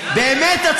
באמת,